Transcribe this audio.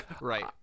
right